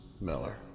Miller